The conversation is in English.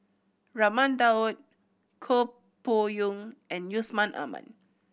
Raman Daud Koh Poh Koon and Yusman Aman